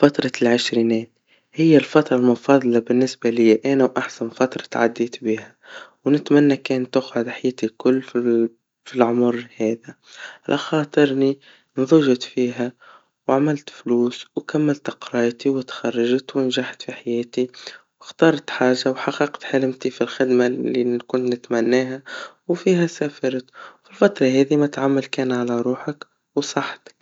فترة العشرينات, هي الفترا المفضلا بالنسبا ليا, كانوا أحسن فترات عديت بيها, نتمني كان تقعد حياتي الكل في ال- في العمر هذا, على خاطرني نضجت فيه, وعملت فيها فلوس, وكملت قرايتي, واتخرجت ونجحت في حياتي, واخترت حاجا وحققت حلمي في الخدما اللي نكون نتمناها, وفيها سفرت, وفي الفترة هذي متعمل كان على روحك, وصحتك.